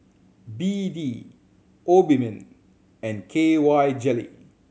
B D Obimin and K Y Jelly